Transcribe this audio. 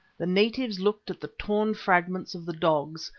the natives looked at the torn fragments of the dogs,